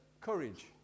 courage